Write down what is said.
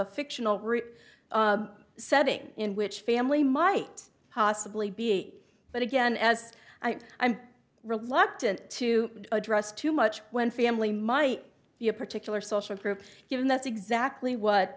a fictional setting in which family might possibly be but again as i i'm reluctant to address too much when family might be a particular social group given that's exactly what